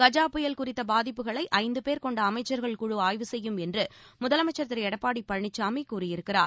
கஜா புயல் குறித்த பாதிப்புகளை ஐந்து பேர் கொண்ட அமைச்சர்கள் குழு ஆய்வு செய்யும் என்று முதலமைச்சர் திரு எடப்பாடி பழனிசாமி கூறியிருக்கிறார்